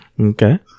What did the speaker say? Okay